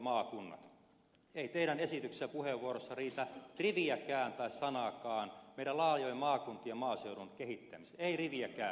ei teidän esityksessänne puheenvuorossanne riitä riviäkään tai sanaakaan meidän laajojen maakuntiemme maaseudun kehittämiseen ei riviäkään